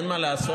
אין מה לעשות,